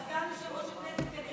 אבל סגן יושב-ראש הכנסת,